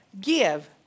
Give